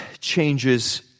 changes